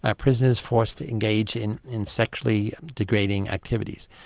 ah prisoners forced to engage in in sexually degrading activities.